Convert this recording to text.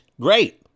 great